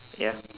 ya